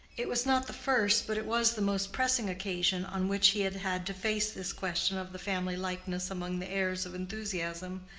it was not the first but it was the most pressing occasion on which he had had to face this question of the family likeness among the heirs of enthusiasm,